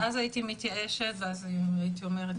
אז הייתי מתייאשת ואז הייתי אומרת,